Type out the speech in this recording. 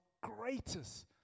greatest